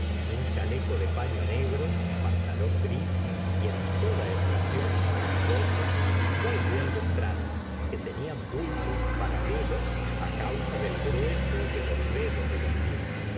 un chaleco de palio negro pantalón gris y en toda estación botas muy bien lustradas que tenían bultos paralelos causa del grueso de los dedos de los pies